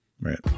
Right